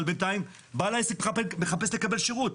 אבל בנתיים בעל העסק מחפש לקבל שירות.